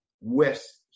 West